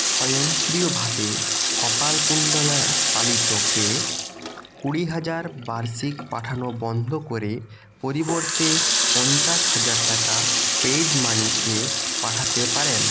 স্বয়ংক্রিয়ভাবে কপালকুণ্ডলা পালিতকে কুড়ি হাজার বার্ষিক পাঠানো বন্ধ করে পরিবর্তে পঞ্চাশ হাজার টাকা পেড মানি এ পাঠাতে পারেন